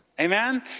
Amen